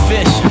Fish